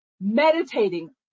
meditating